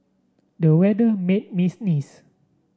the weather made me sneeze